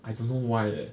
I don't know why leh